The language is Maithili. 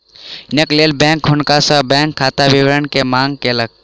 ऋणक लेल बैंक हुनका सॅ बैंक खाता विवरण के मांग केलक